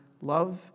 love